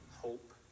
hope